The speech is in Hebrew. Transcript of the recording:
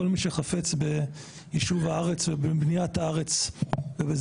כל מי שחפץ בישוב הארץ ובבניית הארץ ובזה